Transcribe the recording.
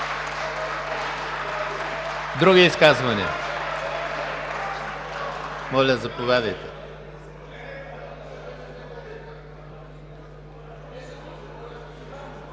Други изказвания? Моля, заповядайте.